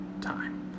time